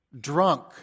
Drunk